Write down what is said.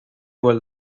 well